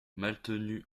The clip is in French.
maltenu